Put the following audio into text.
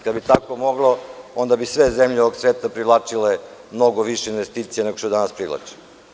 Kad bi tako moglo onda bi sve zemlje ovog sveta privlačile mnogo više investicija nego što danas privlači.